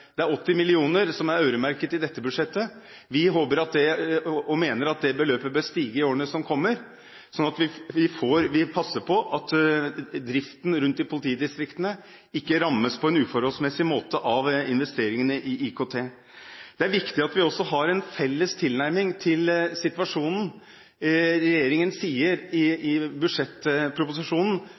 Det er 80 mill. kr som er øremerket i dette budsjettet. Vi håper og mener at det beløpet bør stige i årene som kommer, sånn at vi passer på at driften rundt i politidistriktene ikke rammes på en uforholdsmessig måte av investeringene i IKT. Det er også viktig at vi har en felles tilnærming til situasjonen. Regjeringen sier i budsjettproposisjonen at det i